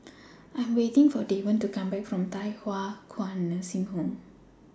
I Am waiting For Davon to Come Back from Thye Hua Kwan Nursing Home